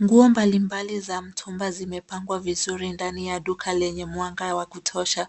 Nguo mbalimbali za mtumba zimepangwa vizuri ndani ya duka lenye mwanga wa kutosha.